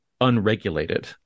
unregulated